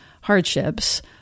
hardships